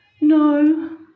No